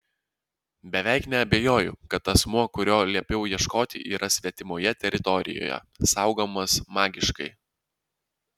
beveik neabejoju kad asmuo kurio liepiau ieškoti yra svetimoje teritorijoje saugomas magiškai